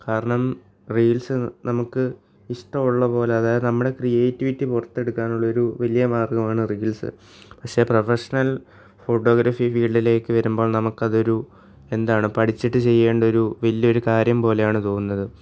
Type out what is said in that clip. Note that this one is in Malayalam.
കാരണം റീൽസ് നമുക്ക് ഇഷ്ടമുള്ള പോലെ അതായതു നമ്മുടെ ക്രീയേറ്റിവിറ്റി പുറത്തെടുക്കാനുള്ളൊരു വലിയ മാർഗ്ഗമാണ് റീൽസ് പക്ഷേ പ്രൊഫെഷണൽ ഫോട്ടോഗ്രഫി ഫീൽഡിലേക്കു വരുമ്പോൾ നമുക്കതൊരു എന്താണ് പഠിച്ചിട്ട് ചെയ്യേണ്ടൊരു വലിയൊരു കാര്യം പോലെയാണ് തോന്നുന്നത്